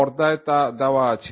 পর্দায় তা দেওয়া আছে